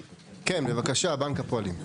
כן, בבקשה, בנק הפועלים.